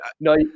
no